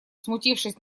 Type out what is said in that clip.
смутившись